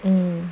um